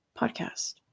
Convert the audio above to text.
podcast